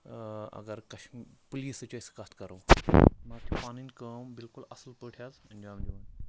اگر کَش پُلیٖسٕچ أسۍ کَتھ کَرو تِم حظ چھِ پَنٕنۍ کٲم بِلکُل اَصٕل پٲٹھۍ حظ اَنجام